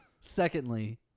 Secondly